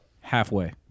Halfway